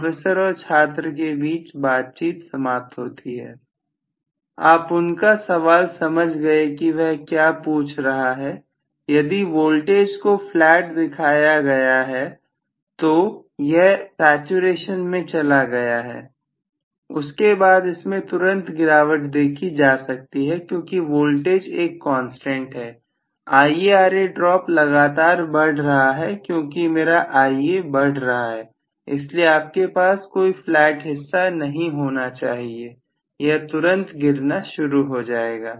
professor और छात्र के बीच बातचीत समाप्त होती है आप उनका सवाल समझ गए की वह क्या पूछ रहा है यदि वोल्टेज को फ्लैट दिखाया गया है तो यह सा सुरेशन में चला गया है उसके बाद इसमें तुरंत गिरावट देखी जा सकती है क्योंकि वोल्टेज एक कांस्टेंट है IaRa ड्रॉप लगातार बढ़ रहा है क्योंकि मेरा Ia बढ़ रहा है इसलिए आपके पास कोई फ्लैट हिस्सा नहीं होना चाहिए यह तुरंत गिरना शुरू हो जाएगा